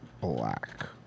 black